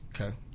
Okay